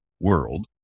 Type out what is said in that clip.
World